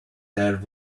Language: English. there